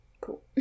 Cool